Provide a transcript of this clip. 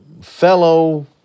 fellow